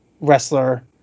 wrestler